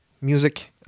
music